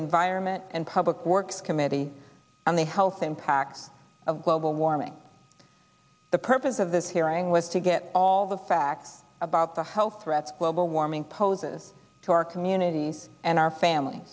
environment and public works committee on the health impacts of global warming the purpose of this hearing was to get all the facts about the health threats global warming poses to our communities and our family